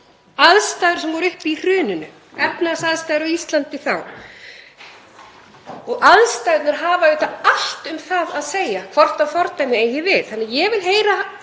Aðstæður sem voru uppi í hruninu, efnahagsaðstæður á Íslandi þá. Aðstæðurnar hafa auðvitað allt um það að segja hvort fordæmi eigi við. Ég vil því heyra